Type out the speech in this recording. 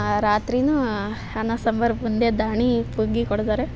ರಾತ್ರಿಯೂ ಅನ್ನ ಸಾಂಬಾರು ಬೂಂದಿ ದಾಣಿ ಹುಗ್ಗಿ ಕೊಡ್ತಾರೆ